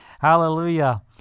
hallelujah